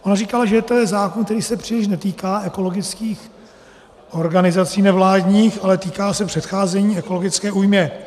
Ona říkala, že to je zákon, který se příliš netýká ekologických organizací nevládních, ale týká se předcházení ekologické újmě.